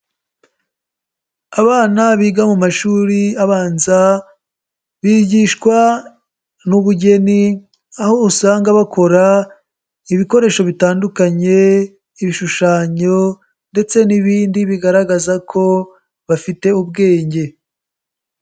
Abana biga mu mashuri abanza bigishwa n'ubugeni, aho usanga bakora ibikoresho bitandukanye, ibishushanyo ndetse n'ibindi bigaragaza ko bafite ubwenge.